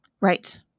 Right